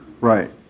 Right